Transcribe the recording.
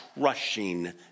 crushing